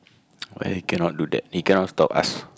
why cannot do that he cannot stop us